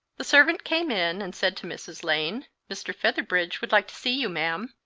the servant came in, and said to mrs. lane, mr. featherbridge would like to see you, m'am.